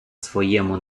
своєму